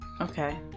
Okay